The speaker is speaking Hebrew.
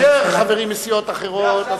אז כאשר חברים מסיעות אחרות,